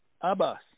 Abbas